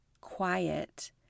quiet